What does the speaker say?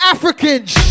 Africans